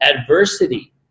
adversity